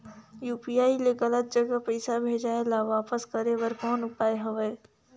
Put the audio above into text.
UPI ले गलत जगह पईसा भेजाय ल वापस करे बर कौन उपाय हवय?